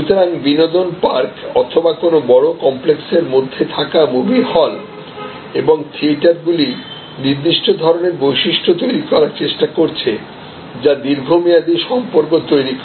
সুতরাং বিনোদন পার্ক অথবা কোন বড় কমপ্লেক্সের মধ্যে থাকা মুভি হল এবং থিয়েটার গুলি নির্দিষ্ট ধরণের বৈশিষ্ট্য তৈরি করার চেষ্টা করছে যা দীর্ঘমেয়াদী সম্পর্ক তৈরি করে